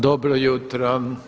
Dobro jutro.